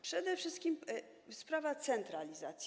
Przede wszystkim sprawa centralizacji.